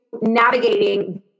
navigating